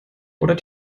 oder